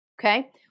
okay